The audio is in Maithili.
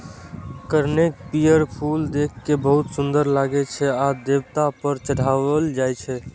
कनेरक पीयर फूल देखै मे बहुत सुंदर लागै छै आ ई देवता पर चढ़ायलो जाइ छै